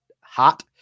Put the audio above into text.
HOT